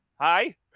hi